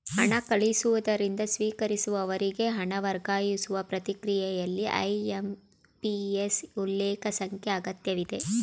ಹಣ ಕಳಿಸುವವರಿಂದ ಸ್ವೀಕರಿಸುವವರಿಗೆ ಹಣ ವರ್ಗಾಯಿಸುವ ಪ್ರಕ್ರಿಯೆಯಲ್ಲಿ ಐ.ಎಂ.ಪಿ.ಎಸ್ ಉಲ್ಲೇಖ ಸಂಖ್ಯೆ ಅಗತ್ಯವಿದೆ